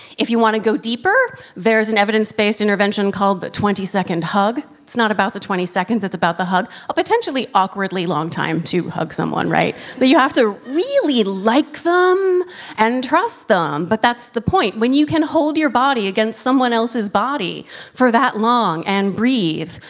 if you want to go deeper, there's an evidence-based intervention called the twenty second hug it's not about the twenty seconds, it's about the hug. a potentially awkwardly long time to hug someone, right? you have to really like them and trust them. but that's the point. when you can hold your body against someone else's body for that long and breathe,